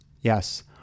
Yes